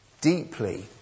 Deeply